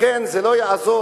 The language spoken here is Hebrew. לכן זה לא יעזור,